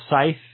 safe